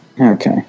Okay